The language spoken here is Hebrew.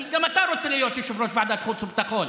כי גם אתה רוצה להיות יושב-ראש ועדת חוץ וביטחון,